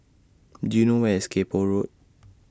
Do YOU know Where IS Kay Poh Road